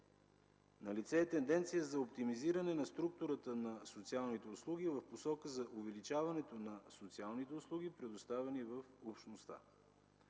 Налице е тенденция за оптимизиране на структурата на социалните услуги в посока за увеличаването на социалните услуги, предоставени в Общността.